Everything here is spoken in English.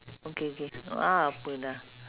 okay okay uh apa lah